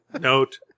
note